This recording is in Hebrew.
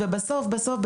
ובסוף בסוף,